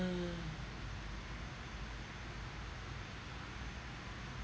uh